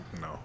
No